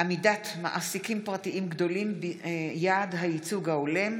הצעת חוק שירות אזרחי-ביטחוני (תיקוני חקיקה),